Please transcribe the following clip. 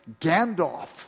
Gandalf